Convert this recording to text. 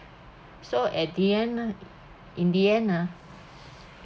so at the end right in the end ah